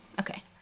Okay